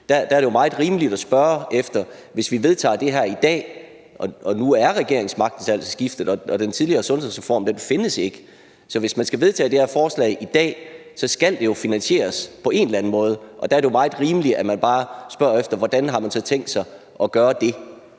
Der er det jo meget rimeligt at spørge. Hvis vi vedtager det her i dag – og nu er regeringsmagten altså skiftet, og den tidligere sundhedsreform findes ikke – skal det jo finansieres på en eller anden måde. Der er det jo meget rimeligt, at man bare spørger efter: Hvordan har man så tænkt sig at gøre det?